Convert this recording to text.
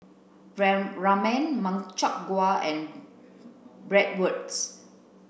Ramen Makchang gui and Bratwurst